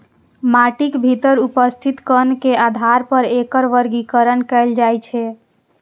माटिक भीतर उपस्थित कण के आधार पर एकर वर्गीकरण कैल जाइ छै